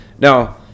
Now